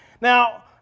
now